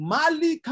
Mali